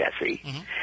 Jesse